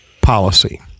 policy